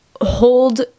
hold